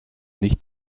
nicht